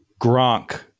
Gronk